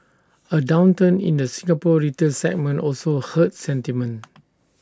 A downturn in the Singapore retail segment also hurt sentiment